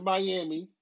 Miami